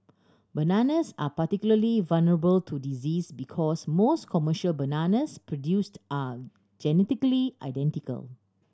bananas are particularly vulnerable to disease because most commercial bananas produced are genetically identical